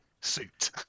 suit